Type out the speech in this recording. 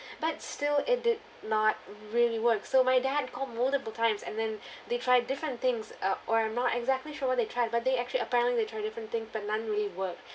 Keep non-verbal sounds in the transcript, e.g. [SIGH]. [BREATH] but still it did not really work so my dad called multiple times and then [BREATH] they tried different things uh or I'm not exactly sure they tried but they actually apparently they tried different thing but none really work